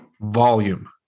Volume